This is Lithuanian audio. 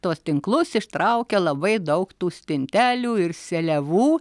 tuos tinklus ištraukia labai daug tų stintelių ir seliavų